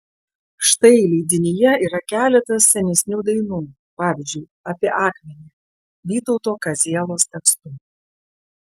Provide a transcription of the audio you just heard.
štai leidinyje yra keletas senesnių dainų pavyzdžiui apie akmenį vytauto kazielos tekstu